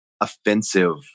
offensive